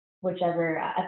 whichever